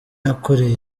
yakoreye